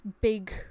big